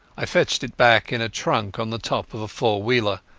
i fetched it back in a trunk on the top of a four-wheeler,